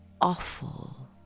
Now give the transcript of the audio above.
awful